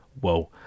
whoa